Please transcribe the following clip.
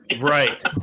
right